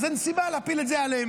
אז אין סיבה להפיל את זה עליהם.